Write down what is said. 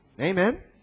Amen